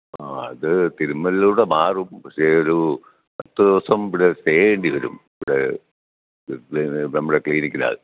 ആ അത് തിരുമ്മലിലൂടെ മാറും പക്ഷേ ഒരു പത്തു ദിവസം ഇവിടെ സ്റ്റേ ചെയ്യേണ്ടി വരും ഇവിടെ പിന്നേ നമ്മുടെ ക്ലിനിക്കിനകത്ത്